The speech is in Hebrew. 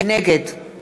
נגד